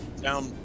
Down